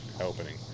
opening